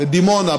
בדימונה,